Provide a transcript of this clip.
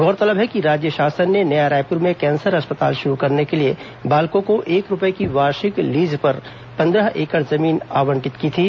गौरतलब है कि राज्य शासन ने नया रायपुर में कैंसर अस्पताल शुरू करने के लिए बालको को एक रूपये की वार्षिक लीज पर पंद्रह एकड़ जमीन आवंटित की थी